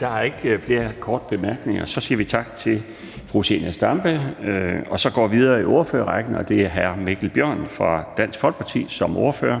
Der er ikke flere korte bemærkninger, og så siger vi tak til fru Zenia Stampe. Så går vi videre i ordførerrækken, og det er hr. Mikkel Bjørn fra Dansk Folkeparti som ordfører.